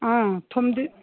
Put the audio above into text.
ꯑꯥ ꯊꯨꯝꯗꯤ